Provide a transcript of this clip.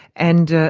and,